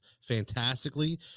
fantastically